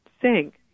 sink